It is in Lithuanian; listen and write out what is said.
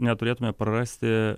neturėtume prarasti